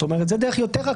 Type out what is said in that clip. זה דרך רכה יותר.